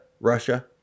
Russia